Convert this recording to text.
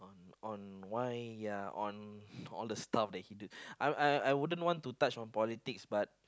on why uh on all the stuff that he did I I wouldn't want to touch on politics but